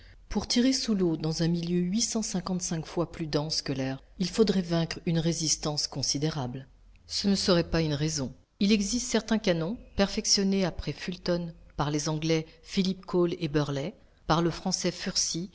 pour tirer sous l'eau dans un milieu huit cent cinquante-cinq fois plus dense que l'air il faudrait vaincre une résistance considérable ce ne serait pas une raison il existe certains canons perfectionnés après fulton par les anglais philippe coles et burley par le français furcy